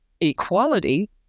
Equality